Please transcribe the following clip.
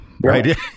right